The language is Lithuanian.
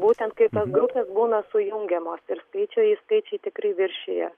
būtent kai tos grupės būna sujungiamos ir skaičiai skaičiai tikrai viršija